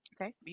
Okay